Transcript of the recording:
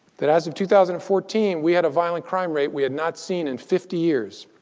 that, as of two thousand and fourteen, we had a violent crime rate we had not seen in fifty years